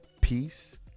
peace